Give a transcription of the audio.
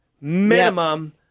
minimum